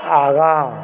आगाँ